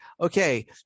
okay